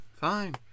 fine